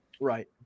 Right